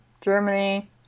Germany